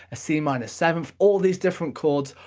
a c minor seventh, all these different chords,